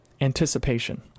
anticipation